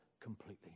completely